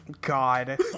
God